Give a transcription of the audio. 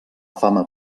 fama